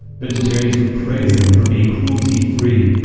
vegetarians would praise them for being cruelty-free,